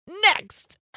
next